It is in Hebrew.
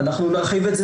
אנחנו נרחיב את זה